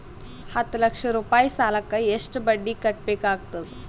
ಹತ್ತ ಲಕ್ಷ ರೂಪಾಯಿ ಸಾಲಕ್ಕ ಎಷ್ಟ ಬಡ್ಡಿ ಕಟ್ಟಬೇಕಾಗತದ?